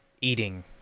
eating